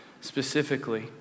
specifically